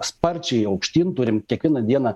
sparčiai aukštyn turim kiekvieną dieną